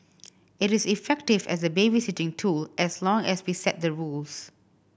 it is effective as a babysitting tool as long as we set the rules